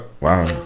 Wow